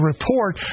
report